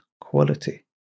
quality